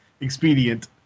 expedient